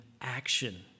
action